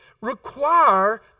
require